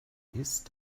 ist